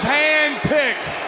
handpicked